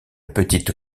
petite